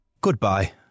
Goodbye